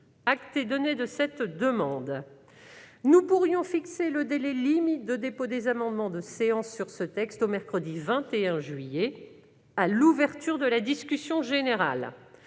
Acte est donné de cette demande. Nous pourrions fixer le délai limite de dépôt des amendements de séance sur ce texte au mercredi 21 juillet, à l'ouverture de la discussion générale.